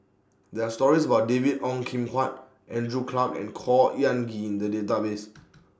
There Are stories about David Ong Kim Huat Andrew Clarke and Khor Ean Ghee in The Database